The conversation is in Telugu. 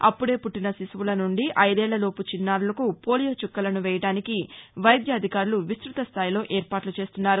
అప్పుడే పుట్టిన శిశువుల నుండి ఐదేళ్లలోపు చిన్నారులకు పోలియో చుక్కలను వేయడానికి వైద్య అధికారులు విస్తుత స్థాయిలో ఏర్పాట్ల చేస్తున్నారు